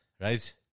Right